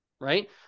right